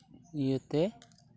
ᱤᱭᱟᱹᱛᱮ